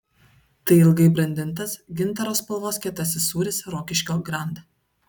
tai ilgai brandintas gintaro spalvos kietasis sūris rokiškio grand